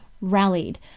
rallied